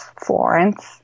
florence